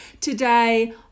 today